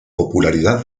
popularidad